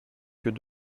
que